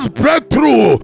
breakthrough